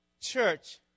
church